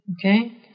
Okay